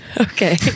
Okay